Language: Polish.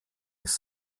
jest